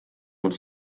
uns